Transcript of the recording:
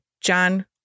John